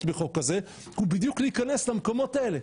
בחוק הזה הוא בדיוק להיכנס למקומות האלה,